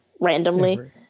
randomly